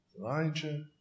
Elijah